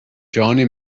johnny